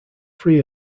free